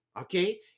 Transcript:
Okay